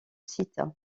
site